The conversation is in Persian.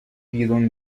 بیرون